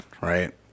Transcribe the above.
right